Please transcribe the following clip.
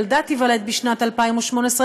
ילדה תיוולד בשנת 2018,